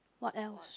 what else